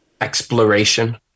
exploration